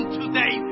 today